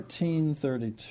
1432